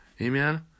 Amen